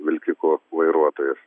vilkikų vairuotojus